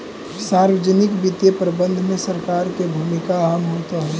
सार्वजनिक वित्तीय प्रबंधन में सरकार के भूमिका अहम होवऽ हइ